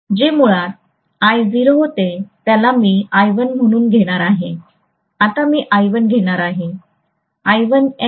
जे मुळात I0 होते त्याला मी I1 म्हणून घेणार आहे आता मी I1 घेणार आहे